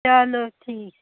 चलो ठीक है